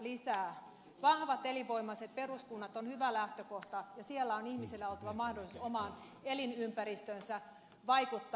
vahvat elinvoimaiset peruskunnat ovat hyvä lähtökohta ja siellä on ihmisellä oltava mahdollisuus omaan elinympäristöönsä vaikuttaa